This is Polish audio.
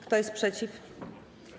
Kto jest przeciw?